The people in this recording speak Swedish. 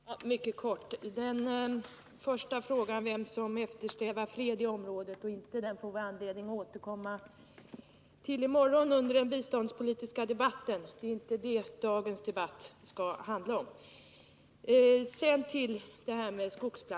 Herr talman! Mycket kort: Den första frågan, om vem som eftersträvar fred i området, får vi anledning att återkomma till i morgon under den biståndspolitiska debatten. Det är inte det dagens debatt skall handla om.